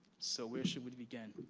so, where should we begin?